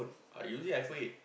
I using iPhone eight